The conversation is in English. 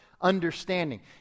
understanding